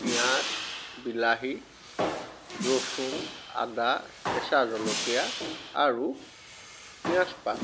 পিঁয়াজ বিলাহী ৰচুন আদা কেঁচা জলকীয়া আৰু পিঁয়াজপাত